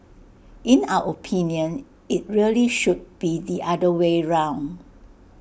in our opinion IT really should be the other way round